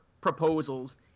proposals